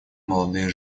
молодые